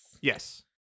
Yes